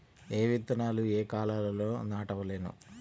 ఏ విత్తనాలు ఏ కాలాలలో నాటవలెను?